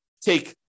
take